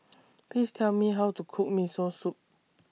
Please Tell Me How to Cook Miso Soup